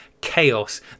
chaos